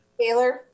Taylor